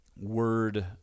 word